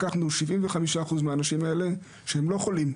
לקחנו 75 אחוז מהאנשים האלה שהם לא חולים,